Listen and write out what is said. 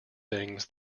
things